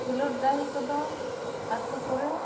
ᱠᱷᱮᱞᱳᱰ ᱰᱟᱹᱦᱤ ᱠᱚᱫᱚ ᱟᱹᱛᱩ ᱠᱚᱨᱮ